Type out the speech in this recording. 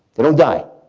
they don't die.